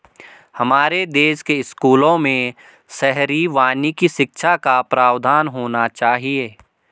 हमारे देश के स्कूलों में शहरी वानिकी शिक्षा का प्रावधान होना चाहिए